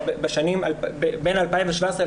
בתקופת